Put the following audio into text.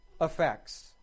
effects